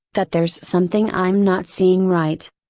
that there's something i'm not seeing right.